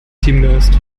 teamgeist